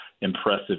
impressive